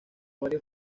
varios